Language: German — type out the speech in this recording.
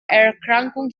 erkrankung